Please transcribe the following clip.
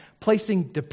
placing